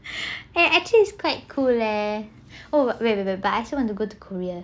eh it is quite cool leh oh wait wait I also want to go to korea